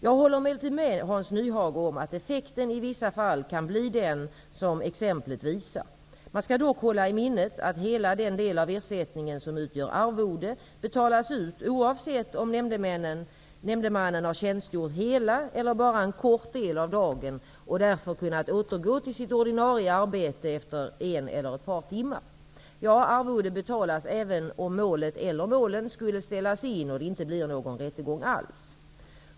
Jag håller emellertid med Hans Nyhage om att effekten i vissa fall kan bli den som exemplet visar. Man skall dock hålla i minnet att hela den del av ersättningen som utgör arvode betalas ut, oavsett om nämndemannen har tjänstgjort hela eller bara en kort del av dagen och därför kunnat återgå till sitt ordinarie arbete efter bara en eller ett par timmar. Ja, arvode betalas även om målet eller målen skulle ställas in och det inte blir någon rättegång alls.